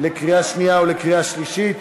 קריאה שנייה ולקריאה שלישית.